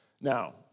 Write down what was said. Now